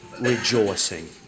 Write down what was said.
rejoicing